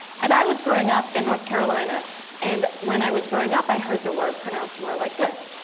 and i was growing up in north carolina and when i was growing up i heard the word pronounced more like this.